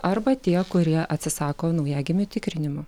arba tie kurie atsisako naujagimių tikrinimo